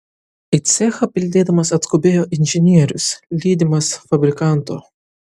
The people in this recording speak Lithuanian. į cechą bildėdamas atskubėjo inžinierius lydimas fabrikanto